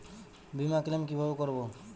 বিমা ক্লেম কিভাবে করব?